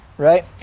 Right